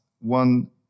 one